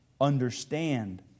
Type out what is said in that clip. understand